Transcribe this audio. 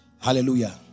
Hallelujah